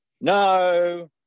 No